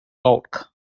bulk